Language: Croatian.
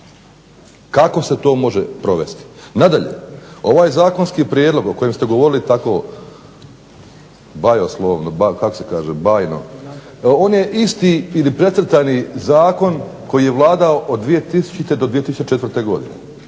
Kako se to može provesti? Nadalje, ovaj zakonski prijedlog o kojem ste govorili tako bajoslovno, kako se kaže bajno, on je isti ili precrtani zakon koji je vladao od 2000. do 2004. godine.